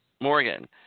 Morgan